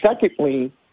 secondly